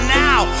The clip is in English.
now